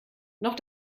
noch